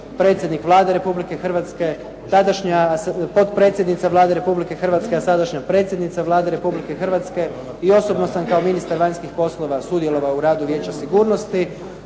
predsjednik Vlade Republike Hrvatske, tadašnja potpredsjednica Vlade Republike Hrvatska a sadašnja predsjednica Vlade Republike Hrvatske. I osobno sam kao ministar vanjskih poslova sudjelovao u radu Vijeća sigurnosti.